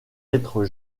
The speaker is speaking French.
lettre